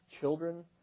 children